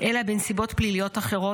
אלא בנסיבות פליליות אחרות,